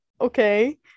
Okay